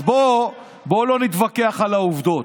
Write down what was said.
אז בוא לא נתווכח על העובדות,